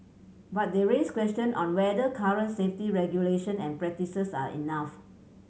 but they raise question on whether current safety regulation and practices are enough